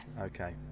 okay